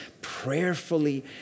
prayerfully